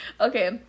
Okay